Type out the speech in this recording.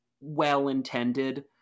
well-intended